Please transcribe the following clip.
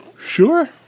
Sure